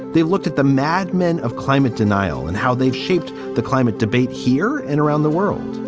they've looked at the mad men of climate denial and how they've shaped the climate debate here and around the world.